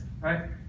Right